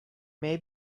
may